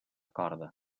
corda